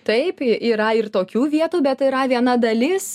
taip yra ir tokių vietų bet yra viena dalis